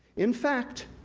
in fact,